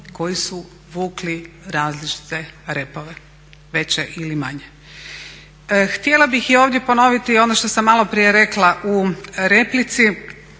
koji su vukli različite repove, veće ili manje. Htjela bih i ovdje ponoviti ono što sam maloprije rekla u replici,